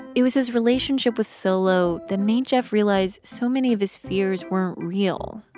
it was his relationship with solo that made jeff realize so many of his fears weren't real.